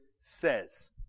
says